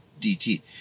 DT